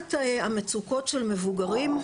לעומת המצוקות של מבוגרים,